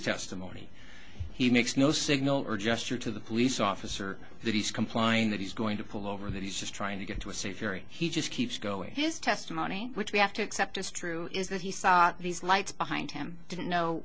testimony he makes no signal or gesture to the police officer that he's complying that he's going to pull over that he's just trying to get to a safe area he just keeps going his testimony which we have to accept as true is that he saw these lights behind him didn't know